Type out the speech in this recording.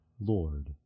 Lord